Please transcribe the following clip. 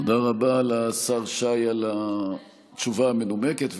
תודה רבה לשר שי על התשובה המנומקת,